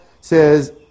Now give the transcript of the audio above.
says